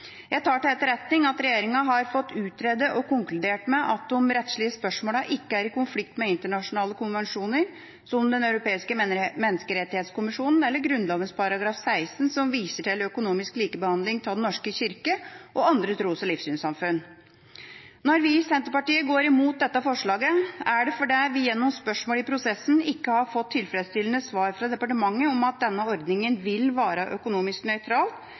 Jeg tar til etterretning at regjeringa har fått utredet og konkludert med at de rettslige spørsmålene ikke er i konflikt med internasjonale konvensjoner, som Den europeiske menneskerettskonvensjon eller Grunnloven § 16, som viser til økonomisk likebehandling av Den norske kirke og andre tros- og livssynssamfunn. Når vi i Senterpartiet går imot dette forslaget, er det fordi vi gjennom spørsmål i prosessen ikke har fått tilfredsstillende svar fra departementet om at denne ordningen vil være økonomisk